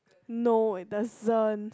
no it doesn't